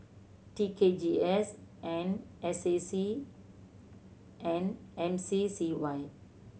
T K G S and S A C and M C C Y